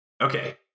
Okay